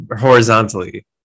horizontally